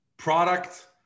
Product